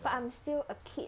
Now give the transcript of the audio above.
but I'm still a kid